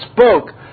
spoke